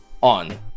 on